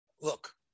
Look